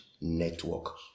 network